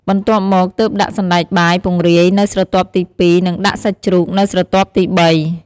បន្ទាប់មកទើបដាក់សណ្ដែកបាយពង្រាយនៅស្រទាប់ទីពីរ និងដាក់សាច់ជ្រូកនៅស្រទាប់ទីបី។